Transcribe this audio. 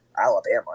Alabama